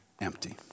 empty